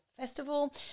Festival